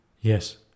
Yes